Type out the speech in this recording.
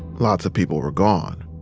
lots of people were gone.